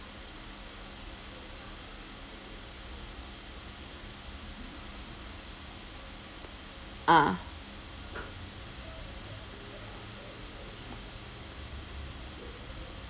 ah